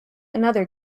another